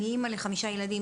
אני אמא לחמישה ילדים.